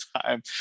time